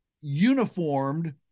uniformed